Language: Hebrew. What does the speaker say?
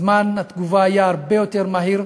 זמן התגובה היה הרבה יותר קצר,